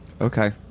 Okay